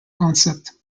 concept